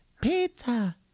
pizza